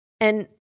And-